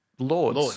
Lords